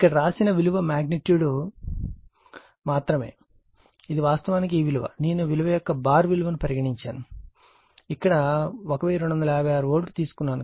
ఇక్కడ వ్రాసిన విలువ మగ్నిట్యూడ్ మాత్రమే ఇది వాస్తవానికి ఈ విలువ నేను విలువ యొక్క బార్ విలువను పరిగణించాను ఇక్కడ 1256 వోల్ట్ తీసుకున్నారు